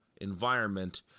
environment